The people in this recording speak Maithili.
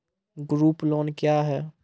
ग्रुप लोन क्या है?